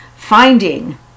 Finding